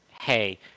hey